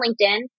LinkedIn